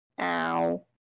Ow